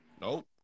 Nope